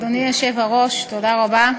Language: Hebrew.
אדוני היושב-ראש, תודה רבה.